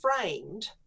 framed